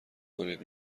کنید